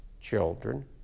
children